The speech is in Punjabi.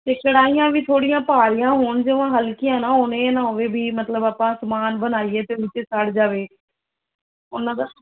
ਅਤੇ ਕੜਾਹੀਆਂ ਵੀ ਥੋੜ੍ਹੀਆਂ ਭਾਰੀਆਂ ਹੋਣ ਜਵਾਂ ਹਲਕੀਆਂ ਨਾ ਹੋਣ ਇਹ ਨਾ ਹੋਵੇ ਵੀ ਮਤਲਬ ਆਪਾਂ ਸਮਾਨ ਬਣਾਈਏ ਤਾਂ ਵਿੱਚ ਸੜ ਜਾਵੇ ਉਹਨਾਂ ਦਾ